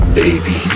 baby